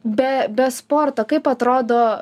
be be sporto kaip atrodo